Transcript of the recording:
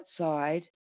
outside